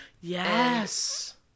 Yes